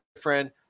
friend